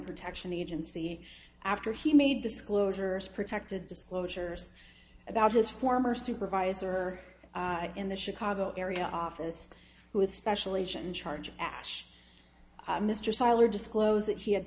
protection agency after he made disclosures protected disclosures about his former supervisor in the chicago area office with special agent in charge of ash mr siler disclose that he had